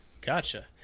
Gotcha